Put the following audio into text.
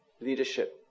leadership